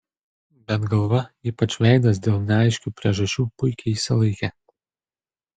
bet galva ypač veidas dėl neaiškių priežasčių puikiai išsilaikė